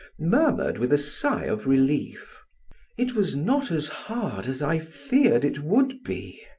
murmured with a sigh of relief it was not as hard as i feared it would be.